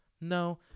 No